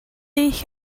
ich